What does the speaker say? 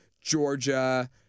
Georgia